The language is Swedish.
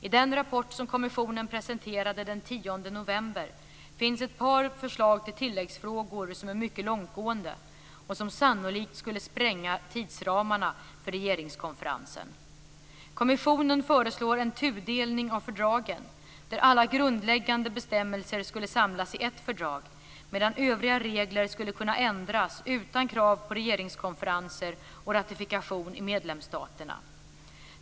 I den rapport som kommissionen presenterade den 10 november finns ett par förslag till tilläggsfrågor som är mycket långtgående och som sannolikt skulle spränga tidsramarna för regeringskonferensen. Kommissionen föreslår en tudelning av fördragen där alla grundläggande bestämmelser skulle samlas i ett fördrag medan övriga regler skulle kunna ändras utan krav på regeringskonferenser och ratifikation i medlemsstaterna.